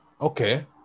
Okay